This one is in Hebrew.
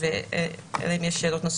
יכול להיות שאם אנחנו עוברים